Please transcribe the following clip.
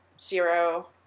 zero